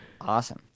awesome